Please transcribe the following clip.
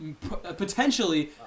potentially